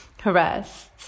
harassed